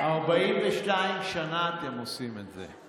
42 שנה אתם עושים את זה.